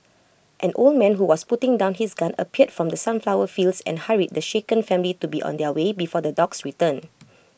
an old man who was putting down his gun appeared from the sunflower fields and hurried the shaken family to be on their way before the dogs return